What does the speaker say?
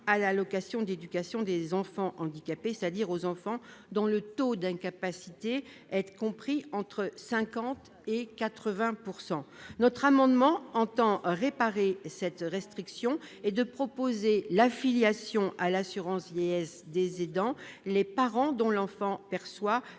à l'allocation d'éducation de l'enfant handicapé, c'est-à-dire aux enfants dont le taux d'incapacité est compris entre 50 % et 80 %. Notre amendement vise à réparer cette restriction. Il tend à proposer l'affiliation à l'assurance vieillesse des aidants aux parents dont l'enfant perçoit